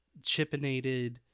chipinated